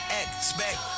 expect